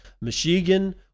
Michigan